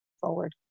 forward